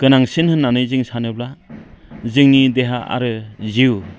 गोनांसिन होननानै जों सानोब्ला जोंनि देहा आरो जिउ